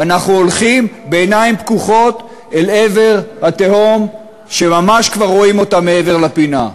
ואנחנו הולכים בעיניים פקוחות אל עבר התהום שממש כבר רואים מעבר לפינה.